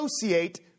associate